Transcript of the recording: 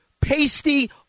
pasty